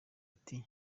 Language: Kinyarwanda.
ati